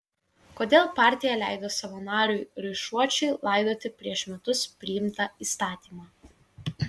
kodėl partija leido savo nariui raišuočiui laidoti prieš metus priimtą įstatymą